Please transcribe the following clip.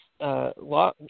law